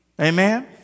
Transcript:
Amen